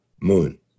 moon